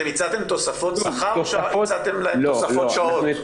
אתם הצעתם תוספות שכר או שהצעתם להן תוספות שעות?